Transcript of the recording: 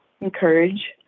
encourage